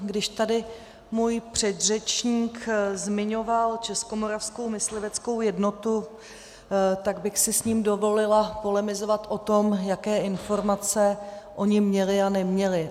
Když tady můj předřečník zmiňoval Českomoravskou mysliveckou jednotu, tak bych si s ním dovolila polemizovat o tom, jaké informace oni měli a neměli.